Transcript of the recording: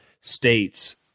states